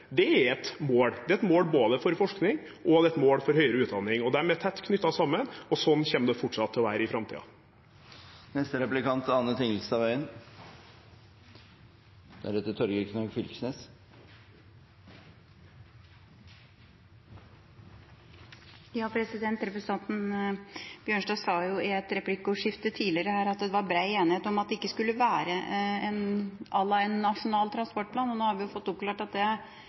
Det er et mål – det er et mål både for forskning og for høyere utdanning. De er tett knyttet sammen, og sånn kommer det til å være i framtiden. Representanten Bjørnstad sa i et replikkordskifte tidligere her at det var brei enighet om at det ikke skulle være à la en nasjonal transportplan, og nå har vi jo fått oppklart den «breie enigheten», for en kan jo spørre: Hvor ligger den? Hvem er det som har sagt at